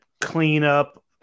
cleanup